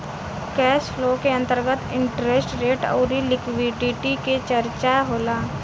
cash flow के अंतर्गत interest rate अउरी लिक्विडिटी के चरचा होला